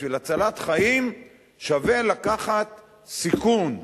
בשביל הצלת חיים שווה לקחת סיכון.